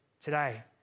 today